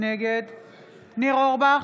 נגד ניר אורבך,